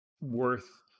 worth